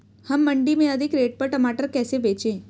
हम मंडी में अधिक रेट पर टमाटर कैसे बेचें?